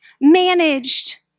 managed